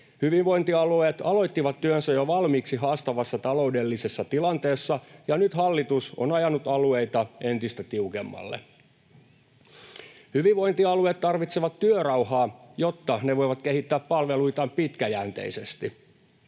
Hyvinvointialueet aloittivat työnsä jo valmiiksi haastavassa taloudellisessa tilanteessa, ja nyt hallitus on ajanut alueita entistä tiukemmalle. Hyvinvointialueet tarvitsevat työrauhaa, jotta ne voivat kehittää palveluitaan pitkäjänteisesti.